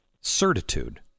certitude